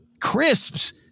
crisps